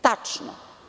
Tačno.